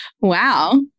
Wow